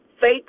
Fake